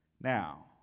Now